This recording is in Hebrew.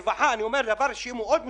ברווחה, דבר שמאוד מסוכן: